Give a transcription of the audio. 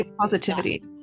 positivity